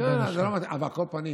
על כל פנים,